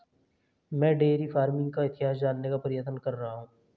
मैं dairy farming का इतिहास जानने का प्रयत्न कर रहा हूं